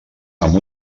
amb